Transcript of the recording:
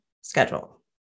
schedule